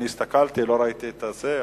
הסתכלתי, לא ראיתי את הזה.